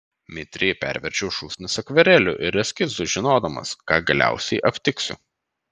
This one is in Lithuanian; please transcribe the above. mitriai perverčiau šūsnis akvarelių ir eskizų žinodamas ką galiausiai aptiksiu